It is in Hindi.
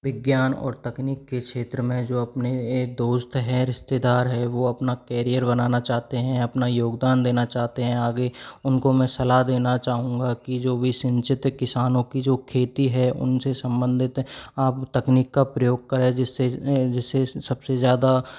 विज्ञान और तकनीक के क्षेत्र में जो अपने ए दोस्त हैं रिश्तेदार है वो अपना कैरियर बनाना चाहते हैं अपना योगदान देना चाहते हैं आगे उनको मैं सलाह देना चाहूँगा कि जो भी सिंचित किसानों की जो खेती है उन से संबंधित आप तकनीक का प्रयोग करे जिस से जिस से सब से ज़्यादा